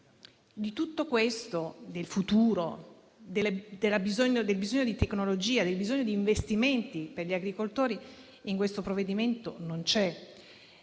Di tutto questo, del futuro, del bisogno di tecnologia, del bisogno di investimenti per gli agricoltori in questo provvedimento non c'è